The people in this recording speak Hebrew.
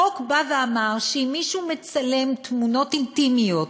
החוק בא ואמר שאם מישהו מצלם תמונות אינטימיות